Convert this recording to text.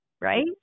right